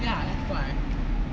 ya that what I